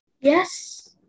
Yes